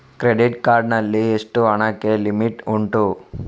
Credit card ನಲ್ಲಿ ಎಷ್ಟು ಹಣಕ್ಕೆ ಲಿಮಿಟ್ ಉಂಟು?